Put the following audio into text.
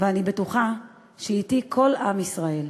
ואני בטוחה שאתי כל עם ישראל.